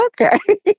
okay